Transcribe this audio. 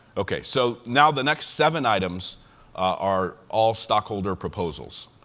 okay. so now the next seven items are all stockholder proposals.